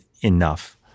enough